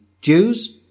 Jews